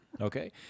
Okay